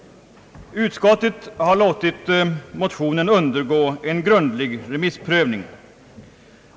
Utskottet har låtit motionen undergå en grundlig remissprövning.